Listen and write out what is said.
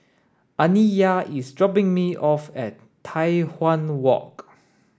Aniyah is dropping me off at Tai Hwan Walk